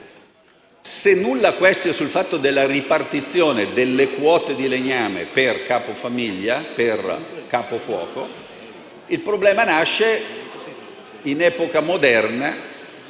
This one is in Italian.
*Nulla quaestio* sulla ripartizione delle quote di legname per capofamiglia o capofuoco; il problema nasce in epoca moderna,